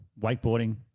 wakeboarding